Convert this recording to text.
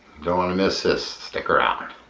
don't want to miss this stick around